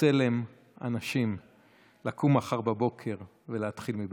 בצלם אנשים / לקום מחר בבוקר ולהתחיל מבראשית".